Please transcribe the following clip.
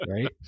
Right